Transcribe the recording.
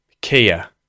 Kia